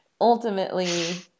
ultimately